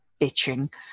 bitching